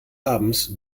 abends